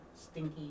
stinky